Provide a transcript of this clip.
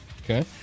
Okay